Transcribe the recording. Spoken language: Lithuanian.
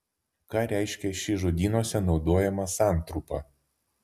ką reiškia ši žodynuose naudojama santrumpa